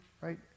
right